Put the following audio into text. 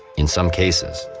in some cases,